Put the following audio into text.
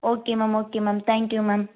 okay ma'am okay ma'am thank you ma'am